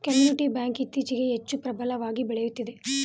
community bank ಇತ್ತೀಚೆಗೆ ಹೆಚ್ಚು ಪ್ರಬಲವಾಗಿ ಬೆಳೆಯುತ್ತಿದೆ